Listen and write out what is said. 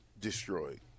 destroyed